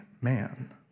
man